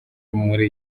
muri